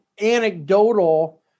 anecdotal